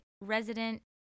resident